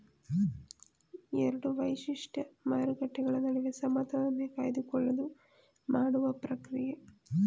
ಎರಡು ವೈಶಿಷ್ಟ್ಯ ಮಾರುಕಟ್ಟೆಗಳ ನಡುವೆ ಸಮತೋಲನೆ ಕಾಯ್ದುಕೊಳ್ಳಲು ಮಾಡುವ ಪ್ರಕ್ರಿಯೆ